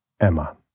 Emma